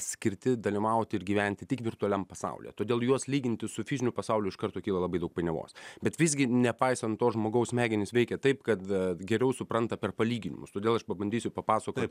skirti dalyvauti ir gyventi tik virtualiam pasaulyje todėl juos lyginti su fiziniu pasauliu iš karto kyla labai daug painiavos bet visgi nepaisant to žmogaus smegenys veikia taip kad geriau supranta per palyginimus todėl aš pabandysiu papasakot